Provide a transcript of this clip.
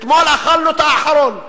אתמול אכלנו את האחרון.